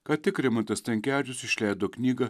kad tik rimantas stankevičius išleido knygą